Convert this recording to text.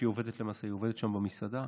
שלמעשה עובדת שם במסעדה,